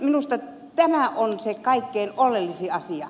minusta tämä on se kaikkein oleellisin asia